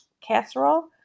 casserole